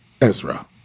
Ezra